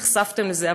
שנחשפתם לזה,